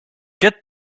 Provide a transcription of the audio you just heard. get